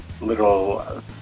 Little